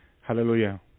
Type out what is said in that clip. Hallelujah